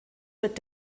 wird